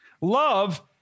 Love